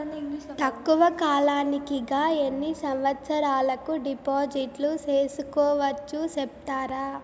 తక్కువ కాలానికి గా ఎన్ని సంవత్సరాల కు డిపాజిట్లు సేసుకోవచ్చు సెప్తారా